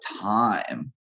time